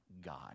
God